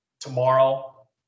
Tomorrow